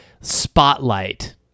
spotlight